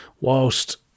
whilst